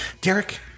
derek